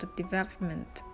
development